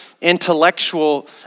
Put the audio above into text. intellectual